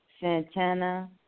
Santana